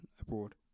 abroad